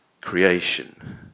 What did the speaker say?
creation